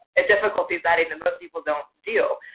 a difficulty setting that most people don't do.